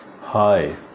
hi